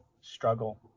struggle